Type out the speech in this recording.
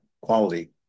quality